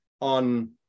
on